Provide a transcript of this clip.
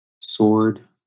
Sword